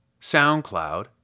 SoundCloud